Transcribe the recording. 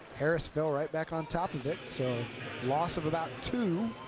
harris fell right back on top of it. so loss of about two.